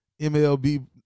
MLB